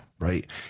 Right